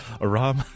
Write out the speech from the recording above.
aram